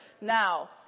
now